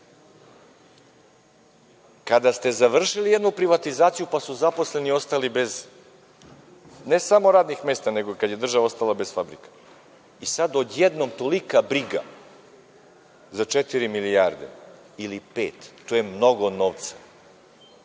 kada ste završili jednu privatizaciju, pa su zaposleni ostali bez ne samo radnih mesta, nego kada je država ostala bez fabrika. Sada odjednom tolika briga za četiri milijardi ili pet. To je mnogo novca,